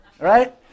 right